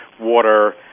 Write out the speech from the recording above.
water